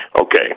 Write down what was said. Okay